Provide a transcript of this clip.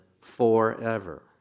forever